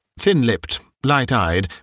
thin-lipped, light-eyed,